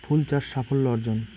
ফুল চাষ সাফল্য অর্জন?